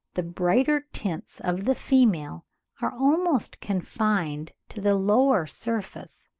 the brighter tints of the female are almost confined to the lower surface,